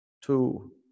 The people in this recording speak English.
two